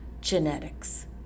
Genetics